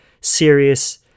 serious